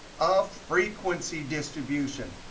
a frequency distribution.